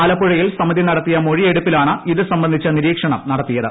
ആലപ്പുഴയിൽ സമിതി നടത്തിയ മൊഴിയെടുപ്പിലാണ് ഇതു സംബന്ധിച്ച് നിരീക്ഷണം നടത്തിയത്